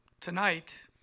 tonight